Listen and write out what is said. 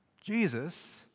Jesus